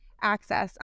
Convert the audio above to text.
access